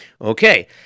Okay